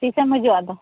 ᱛᱤᱥᱮᱢᱦᱤᱡᱩᱜᱼᱟ ᱟᱫᱚ